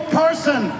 person